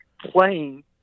playing